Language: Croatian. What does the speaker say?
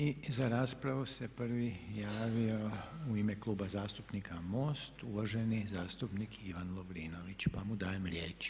I za raspravu se prvi javio u ime Kluba zastupnika MOST, uvaženih zastupnik Ivan Lovrinović pa mu dajem riječ.